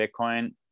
Bitcoin